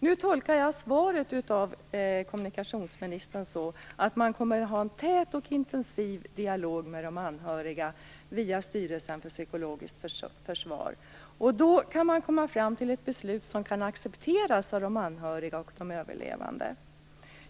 Jag tolkar kommunikationsministerns svar så, att man kommer att ha en tät och intensiv dialog med de anhöriga via Styrelsen för psykologiskt försvar. Då kan man komma fram till ett beslut som kan accepteras av de anhöriga och de överlevande.